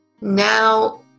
Now